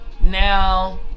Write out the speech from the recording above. Now